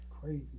Crazy